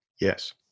Yes